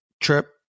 trip